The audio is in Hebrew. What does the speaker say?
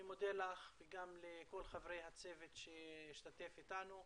אני מודה לך וגם לכל חברי הצוות שהשתתפו איתנו,